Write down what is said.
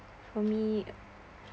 for me